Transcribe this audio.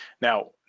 Now